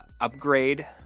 upgrade